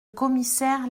commissaire